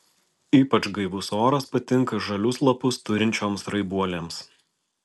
ypač gaivus oras patinka žalius lapus turinčioms raibuolėms